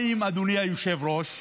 אדוני היושב-ראש,